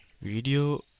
Video